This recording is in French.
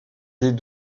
des